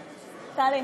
טלי,